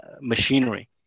machinery